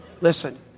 Listen